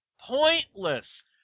pointless